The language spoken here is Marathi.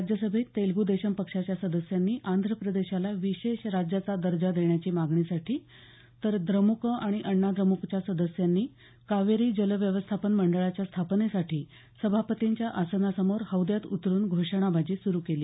राज्यसभेत तेलगू देशम पक्षाच्या सदस्यांनी आंध्र प्रदेशाला विशेष राज्याचा दर्जा देण्याच्या मागणीसाठी द्र्मुक आणि अण्णाद्र्मुकच्या सदस्यांनी कावेरी जलव्यवस्थापन मंडळाच्या स्थापनेसाठी सभापतींच्या आसनासमोर हौद्यात उतरून घोषणाबाजी सुरू केली